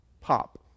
Pop